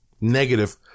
negative